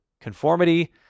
conformity